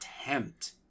attempt